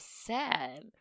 sad